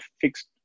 fixed